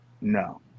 no